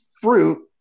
fruit